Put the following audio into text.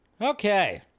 Okay